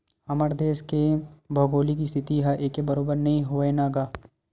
हमर देस के भउगोलिक इस्थिति ह एके बरोबर नइ हवय न गा